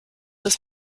des